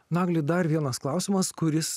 nagli dar vienas klausimas kuris